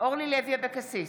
אורלי לוי אבקסיס,